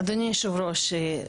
אדוני היושב-ראש,